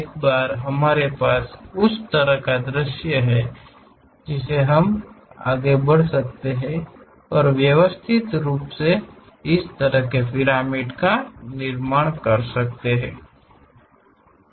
एक बार हमारे पास उस तरह का दृश्य है जिससे हम आगे बढ़ सकते हैं और व्यवस्थित रूप से इस तरह के पिरामिड का निर्माण कर सकते हैं